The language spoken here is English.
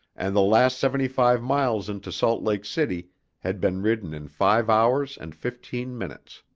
and the last seventy-five miles into salt lake city had been ridden in five hours and fifteen minutes.